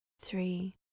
three